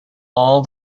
all